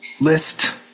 list